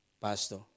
Pastor